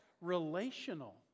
relational